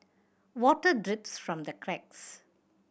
water drips from the cracks